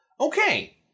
Okay